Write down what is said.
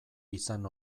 izan